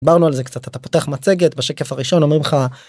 דיברנו על זה קצת, אתה פותח מצגת, בשקף הראשון אומרים לך